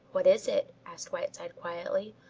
what is it? asked whiteside quietly.